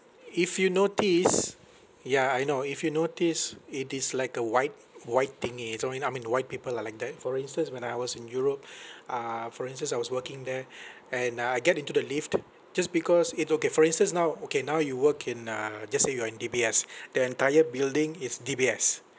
if you notice ya I know if you notice it is like a white white thingy it sorry I mean white people are like that for instance when I was in europe uh for instance I was working there and uh I get into the lift just because it okay for instance now okay now you work in a just say you are in D_B_S the entire building is D_B_S